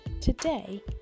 Today